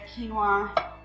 quinoa